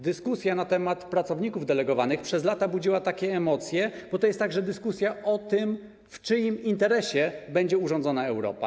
Dyskusja na temat pracowników delegowanych przez lata budziła takie emocje, bo to jest także dyskusja o tym, w czyim interesie będzie urządzona Europa.